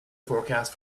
forecast